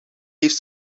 heeft